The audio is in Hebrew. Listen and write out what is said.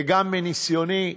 גם מניסיוני הקודם,